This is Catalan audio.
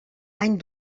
any